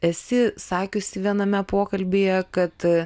esi sakiusi viename pokalbyje kad